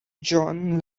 john